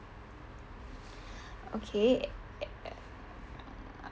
okay